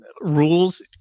rules